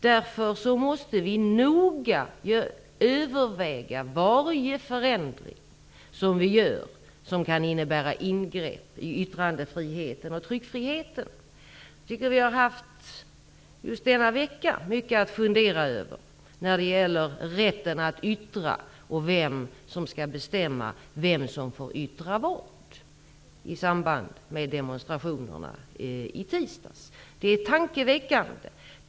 Därför måste vi noga överväga varje förändring som kan innebära ingrepp i yttrandefriheten och tryckfriheten. I just denna vecka har vi haft mycket att fundera över när det gäller rätten att yttra sig och vem som skall bestämma vem som får yttra vad, i samband med demonstrationerna i tisdags. Det är tankeväckande.